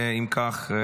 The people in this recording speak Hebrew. אם כך,